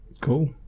Cool